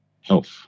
health